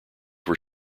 were